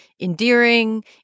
endearing